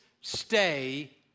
stay